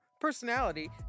personality